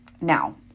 Now